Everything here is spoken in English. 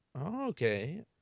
Okay